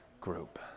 group